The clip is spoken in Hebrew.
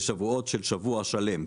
שבועות של שבוע שלם,